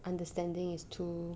understanding is too